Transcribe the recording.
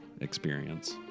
experience